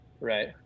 Right